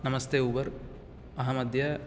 नमस्ते ऊबर् अहं अद्य